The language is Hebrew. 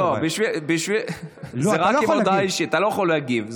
לא, זה רק עם הודעה אישית, אתה לא יכול להגיב.